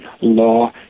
law